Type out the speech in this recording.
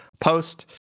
post